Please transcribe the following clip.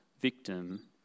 victim